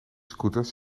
scooters